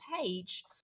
page